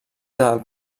del